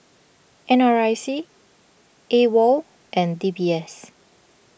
N R I C Awol and D B S